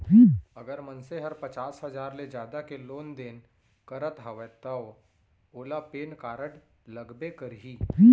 अगर मनसे ह पचार हजार ले जादा के लेन देन करत हवय तव ओला पेन कारड लगबे करही